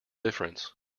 difference